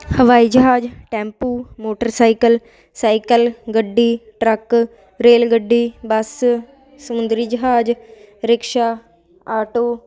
ਹਵਾਈ ਜਹਾਜ਼ tempo motorcycle cycle ਗੱਡੀ ਟਰੱਕ ਰੇਲ ਗੱਡੀ ਬੱਸ ਸਮੁੰਦਰੀ ਜਹਾਜ਼ ਰਿਕਸ਼ਾ ਆਟੋ